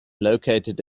located